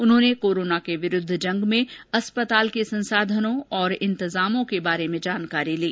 उन्होने कोरोना के विरूद्व जंग में अस्पताल के संसाधनों और इंतजामों की जानकारी ली